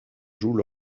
jouent